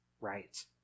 right